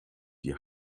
die